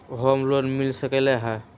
Home loan मिल सकलइ ह?